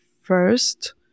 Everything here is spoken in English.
first